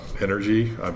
energy